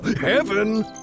Heaven